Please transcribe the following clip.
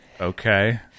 okay